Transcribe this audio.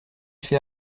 fait